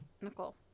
Nicole